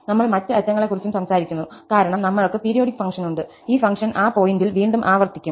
നമ്മൾ മറ്റ് അറ്റങ്ങളെക്കുറിച്ചും സംസാരിക്കുന്നു കാരണം നമ്മൾക്ക് പീരിയോഡിക് ഫംഗ്ഷൻ ഉണ്ട് ഈ ഫംഗ്ഷൻ ആ പോയിന്റിൽ വീണ്ടും ആവർത്തിക്കും